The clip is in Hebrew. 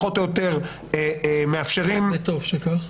פחות או יותר --- וטוב שכך.